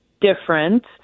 different